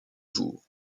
jour